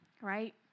right